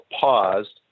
paused